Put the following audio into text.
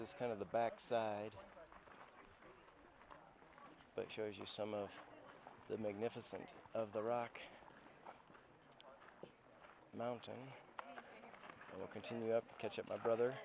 is kind of the back side but shows you some of the magnificent of the rock mountain continue up catch up my brother